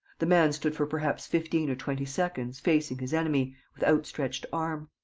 the man stood for perhaps fifteen or twenty seconds, facing his enemy, with outstretched arm.